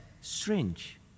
strange